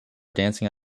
dancing